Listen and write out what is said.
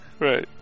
Right